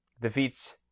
defeats